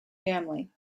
family